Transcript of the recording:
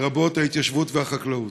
לרבות ההתיישבות והחקלאות.